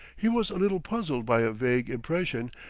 he was a little puzzled by a vague impression,